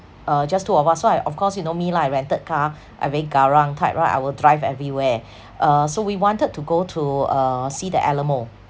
uh just two of us so I of course you know me lah I rented car I very garang type right I will drive everywhere uh so we wanted to go to uh see the animal